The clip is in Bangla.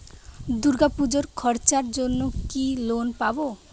দূর্গাপুজোর খরচার জন্য কি লোন পাব?